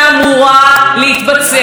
אני יו"ר הוועדה לקידום מעמד האישה,